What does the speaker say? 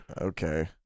Okay